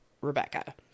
Rebecca